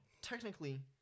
Technically